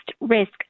risk